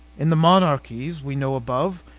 in the monarchies we know above,